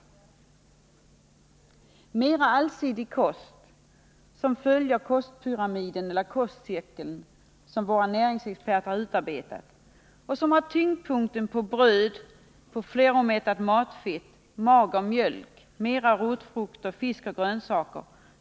Vi bör stimulera konsumtionen av en mer allsidig kost, som följer den kostpyramid eller kostcirkel som våra näringsexperter har utarbetat och som har tyngdpunkten på bröd, fleromättat matfett, mager mjölk, rotfrukter, fisk och grönsaker.